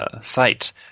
site